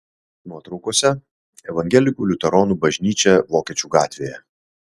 nuotraukose evangelikų liuteronų bažnyčia vokiečių gatvėje